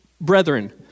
brethren